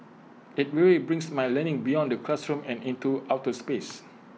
IT really brings my learning beyond the classroom and into outer space